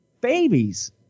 babies